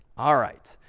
all right,